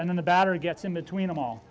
and then the battery gets in between them all